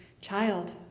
child